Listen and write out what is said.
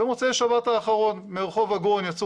במוצאי השבת האחרון מרחוב אגרון יצאו